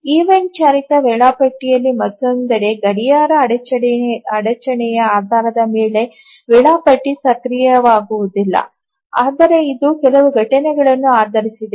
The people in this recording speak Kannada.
ಈವೆಂಟ್ ಚಾಲಿತ ವೇಳಾಪಟ್ಟಿಯಲ್ಲಿ ಮತ್ತೊಂದೆಡೆ ಗಡಿಯಾರ ಅಡಚಣೆಯ ಆಧಾರದ ಮೇಲೆ ವೇಳಾಪಟ್ಟಿ ಸಕ್ರಿಯವಾಗುವುದಿಲ್ಲ ಆದರೆ ಇದು ಕೆಲವು ಘಟನೆಗಳನ್ನು ಆಧರಿಸಿದೆ